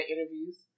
interviews